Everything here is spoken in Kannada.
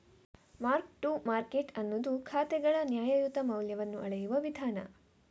ಮಾರ್ಕ್ ಟು ಮಾರ್ಕೆಟ್ ಅನ್ನುದು ಖಾತೆಗಳ ನ್ಯಾಯಯುತ ಮೌಲ್ಯವನ್ನ ಅಳೆಯುವ ವಿಧಾನ